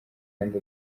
kandi